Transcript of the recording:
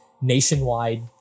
nationwide